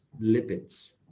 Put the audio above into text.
lipids